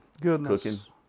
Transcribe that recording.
goodness